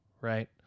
right